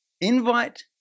invite